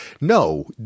no